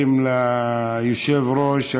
הדברים ליושב-ראש.